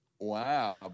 Wow